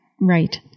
Right